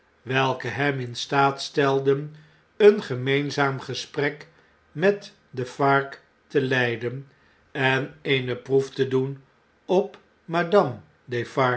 welke hem in staat stelden een gemeenzaam gesprek met de defarges in te leiden en eene proef te doen op